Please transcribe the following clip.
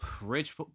Rich